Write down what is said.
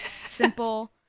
Simple